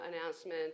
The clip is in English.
announcement